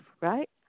right